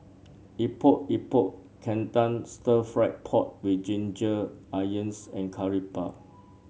Epok Epok Kentang stir fry pork with Ginger Onions and Curry Puff